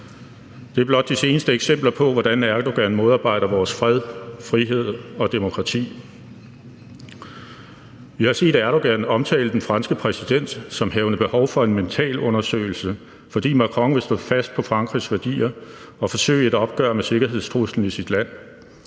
Det er blot de seneste eksempler på, hvordan Erdogan modarbejder vores fred, frihed og demokrati. Vi har set Erdogan omtale den franske præsident som havende behov for en mentalundersøgelse, fordi Macron vil stå fast på Frankrigs værdier og forsøge et opgør med sikkerhedstruslen i sit land.